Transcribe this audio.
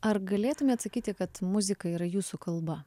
ar galėtumėt sakyti kad muzika yra jūsų kalba